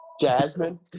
Jasmine